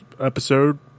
episode